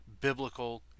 biblical